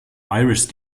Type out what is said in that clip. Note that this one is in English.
irish